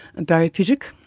and barrie pittock,